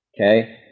Okay